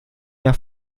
der